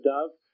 Dove